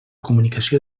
comunicació